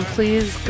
Please